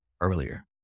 earlier